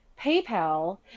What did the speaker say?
PayPal